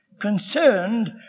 concerned